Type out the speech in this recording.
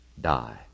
die